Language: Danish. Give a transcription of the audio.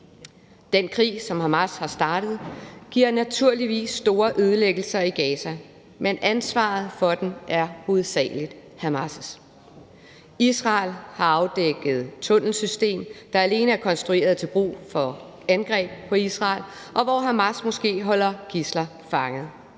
Den krig, som Hamas har startet, giver naturligvis store ødelæggelser i Gaza, men ansvaret for den er hovedsagelig Hamas'. Israel har afdækket et tunnelsystem, der alene er konstrueret til brug for angreb på Israel, og hvor Hamas måske holder gidsler fanget.